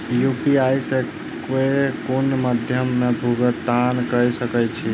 UPI सऽ केँ कुन मध्यमे मे भुगतान कऽ सकय छी?